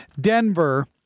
Denver